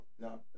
No